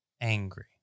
angry